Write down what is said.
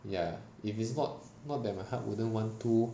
ya if it's not that my heart wouldn't want to